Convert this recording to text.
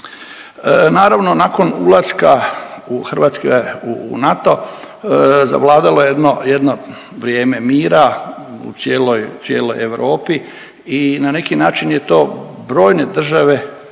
Naravno nakon ulaska u Hrvatske u NATO zavladalo je jedno vrijeme mira u cijeloj Europi i na neki način je to brojne države uljuljkalo